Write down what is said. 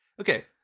Okay